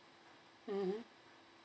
mm